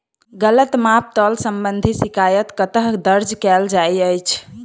गलत माप तोल संबंधी शिकायत कतह दर्ज कैल जाइत अछि?